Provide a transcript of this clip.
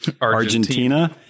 Argentina